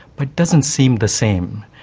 but doesn't seem the same.